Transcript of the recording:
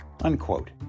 unquote